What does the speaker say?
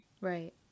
Right